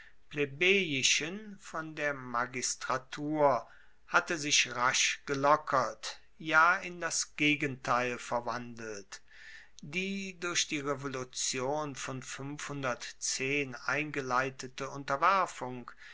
von der magistratur hatte sich rasch gelockert ja in das gegenteil verwandelt die durch die revolution von eingeleitete unterwerfung